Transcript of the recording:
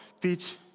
teach